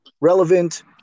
relevant